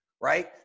right